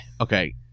Okay